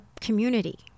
community